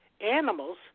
animals